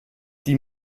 die